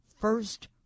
First